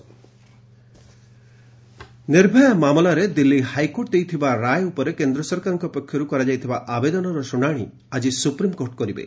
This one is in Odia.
ଏସ୍ସି ନିର୍ଭୟା ନିର୍ଭୟା ମାମଲାରେ ଦିଲ୍ଲୀ ହାଇକୋର୍ଟ ଦେଇଥିବା ରାୟ ଉପରେ କେନ୍ଦ୍ର ସରକାରଙ୍କ ପକ୍ଷରୁ କରାଯାଇଥିବା ଆବେଦନର ଶୁଣାଣି ଆଜି ସୁପ୍ରିମକୋର୍ଟ କରିବେ